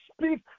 speak